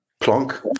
plonk